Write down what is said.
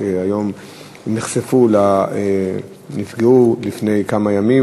שנפגעו לפני כמה ימים,